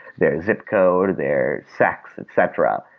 their zip code, their sex, etc.